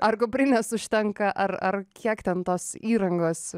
ar kuprinės užtenka ar ar kiek ten tos įrangos